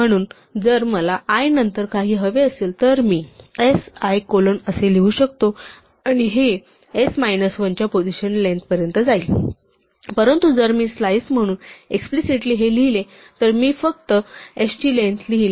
म्हणून जर मला i नंतर काही हवे असेल तर मी s i कोलन असे लिहू शकतो आणि हे s मायनस 1 च्या पोझिशन लेन्थ पर्यंत जाईल परंतु जर मी स्लाइस म्हणून एक्सप्लिसिटली हे लिहिले तर मी फक्त s ची लेंग्थ लिहीन